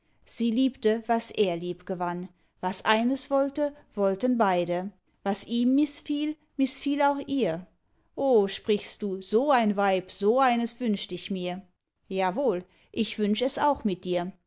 sie liebte was er liebgewann was eines wollte wollten beide was ihm mißfiel mißfiel auch ihr o sprichst du so ein weib so eines wünscht ich mir jawohl ich wünsch es auch mit dir